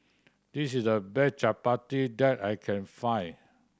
this is the best chappati that I can find